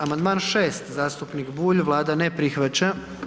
Amandman 6. zastupnik Bulj, Vlada ne prihvaća.